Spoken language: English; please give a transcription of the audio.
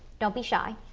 don't be shy.